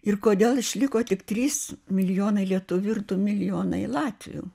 ir kodėl išliko tik trys milijonai lietuvių ir du milijonai latvių